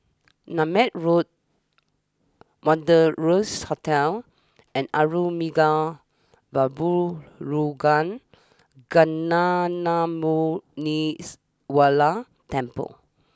Nutmeg Road Wanderlust Hotel and Arulmigu Velmurugan Gnanamuneeswarar Temple